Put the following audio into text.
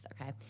Okay